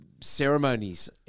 ceremonies